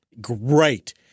Great